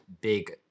big